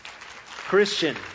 Christian